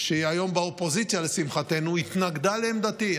שהיא היום באופוזיציה, לשמחתנו, התנגדה לעמדתי.